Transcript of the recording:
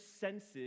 senses